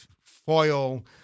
foil